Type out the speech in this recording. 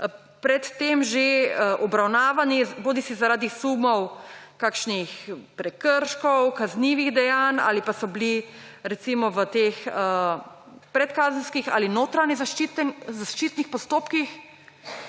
pred tem že obravnavani bodisi zaradi sumov kakšnih prekrškov, kaznivih dejanj, ali pa so bili recimo v teh predkazenskih ali notranjezaščitnih postopkih,